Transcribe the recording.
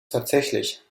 tatsächlich